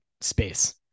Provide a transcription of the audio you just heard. space